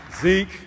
Zeke